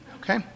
Okay